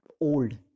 old